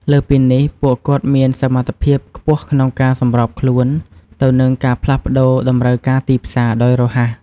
លើសពីនេះ ពួកគាត់មានសមត្ថភាពខ្ពស់ក្នុងការ សម្របខ្លួនទៅនឹងការផ្លាស់ប្តូរតម្រូវការទីផ្សារ ដោយរហ័ស។